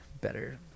better